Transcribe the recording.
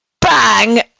bang